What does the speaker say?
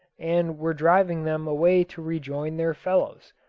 and were driving them away to rejoin their fellows,